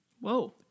Whoa